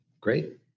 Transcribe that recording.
Great